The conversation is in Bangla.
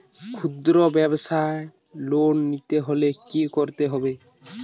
খুদ্রব্যাবসায় লোন নিতে হলে কি করতে হবে?